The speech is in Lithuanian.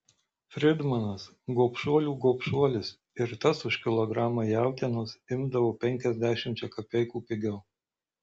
fridmanas gobšuolių gobšuolis ir tas už kilogramą jautienos imdavo penkiasdešimčia kapeikų pigiau